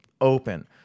open